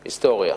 היסטוריה.